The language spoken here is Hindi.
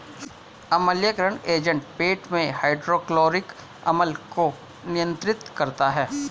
अम्लीयकरण एजेंट पेट में हाइड्रोक्लोरिक अम्ल को नियंत्रित करता है